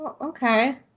Okay